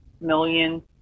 million